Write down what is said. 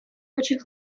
очень